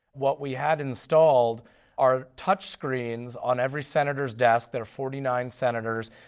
what we have installed are touch screens on every senators' desk, there are forty nine senators,